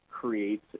creates